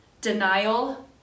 denial